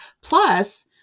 plus